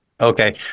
okay